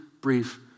brief